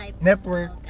network